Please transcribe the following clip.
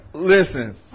Listen